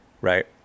right